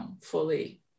fully